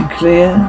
clear